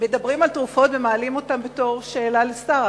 מדברים על תרופות, ומעלים אותם בתור שאלה לשר.